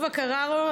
טובה קררו,